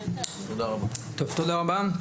תודה רבה.